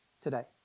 today